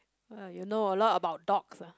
uh you know a lot of dogs ah